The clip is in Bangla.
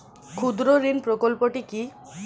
ক্ষুদ্রঋণ প্রকল্পটি কি?